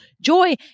joy